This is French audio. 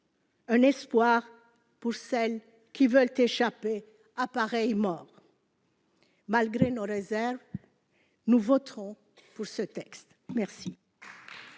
un espoir pour celles qui veulent échapper à pareille mort. Malgré nos réserves, nous voterons pour ce texte. La